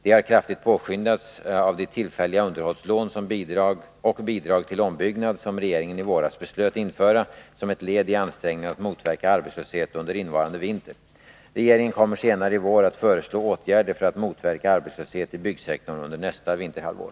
De har kraftigt påskyndats av de tillfälliga underhållslån och bidrag till ombyggnad som regeringen i våras beslöt införa som ett led i ansträngningarna att motverka arbetslöshet under innevarande vinter. Regeringen kommer senare i vår att föreslå åtgärder för att motverka arbetslöshet i byggsektorn under nästa vinterhalvår.